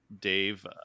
Dave